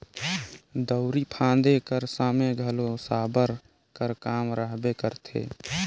दउंरी फादे कर समे घलो साबर कर काम रहबे करथे